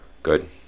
Good